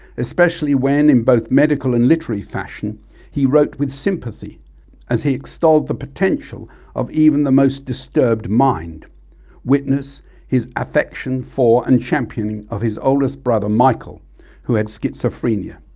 especially when, in both medical and literary fashion he wrote with sympathy as he extolled the potential of even the most disturbed mind witness his affection for and championing of his oldest brother michael who had schizophrenia,